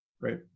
Right